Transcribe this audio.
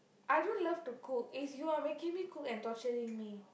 I don't love to cook it's you are making me cook and torturing me